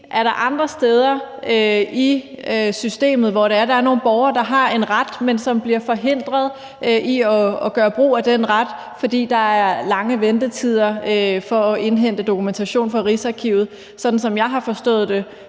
er der andre steder i systemet, hvor der er nogle borgere, der har en ret, men som bliver forhindret i at gøre brug af den ret, fordi der er lange ventetider på at indhente dokumentation fra Rigsarkivet? Sådan som jeg har forstået det,